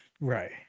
right